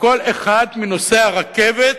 וכל אחד מנוסעי הרכבת,